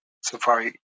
safari